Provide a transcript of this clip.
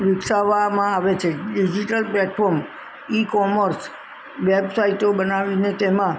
વિકસાવામાં આવે છે digital platform e commerce વેબસાઈટો બનાવીને તેમાં